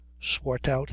Swartout